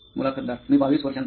मुलाखतदार मी 22 वर्षांचा आहे